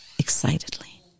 Excitedly